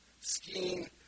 Skiing